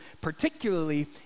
particularly